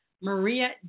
Maria